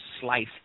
slice